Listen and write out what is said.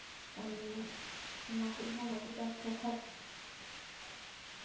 ᱟᱹᱞᱩ ᱚᱱᱟ ᱠᱚᱡ ᱦᱚᱸ ᱵᱟᱵᱚ ᱪᱟᱥ ᱞᱮᱠᱷᱟᱡ